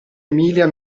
emilia